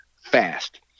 fast